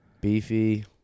Beefy